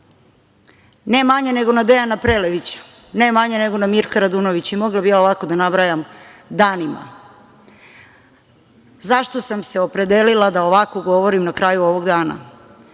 ne manje nego na Dejana Prelevića, ne manje nego na Mirka Radunovića, i mogla bih ja ovako da nabrajam danima.Zašto sam se opredelila da ovako govorim na kraju ovog dana?